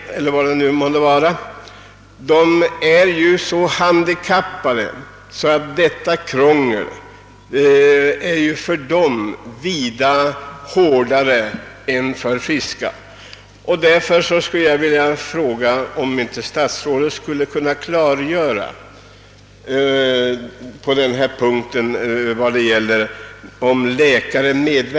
De är så handikappade att det är förenat med stora svårigheter för dem att klara allt krångel i samband med resor — svårigheter som en frisk person inte drabbas av. Jag vill därför fråga om inte statsrådet skulle kunna klargöra förhållandena rörande läkares medverkan i sådana här fall.